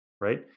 right